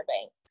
bank